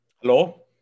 Hello